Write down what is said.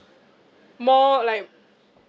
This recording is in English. more like